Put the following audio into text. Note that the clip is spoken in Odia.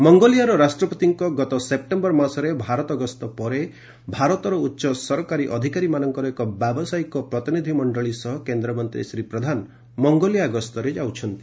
ମଙ୍ଗୋଲିଆର ରାଷ୍ଟ୍ରପତିଙ୍କ ଗତ ସେପ୍ଟେମ୍ୟର ମାସରେ ଭାରତ ଗସ୍ତ ପରେ ଭାରତର ଉଚ୍ଚ ସରକାରୀ ଅଧିକାରୀ ମାନଙ୍କର ଏକ ବ୍ୟବସାୟିକ ପ୍ରତିନିଧି ମଣ୍ଣଳି ସହ କେନ୍ଦ୍ରମନ୍ତୀ ଶ୍ରୀ ପ୍ରଧାନ ମଙ୍ଗୋଲିଆ ଗସ୍ତରେ ଯାଉଛନ୍ତି